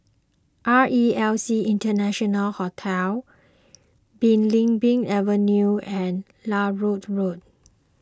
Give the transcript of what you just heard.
R E L C International Hotel Belimbing Avenue and Larut Road